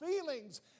feelings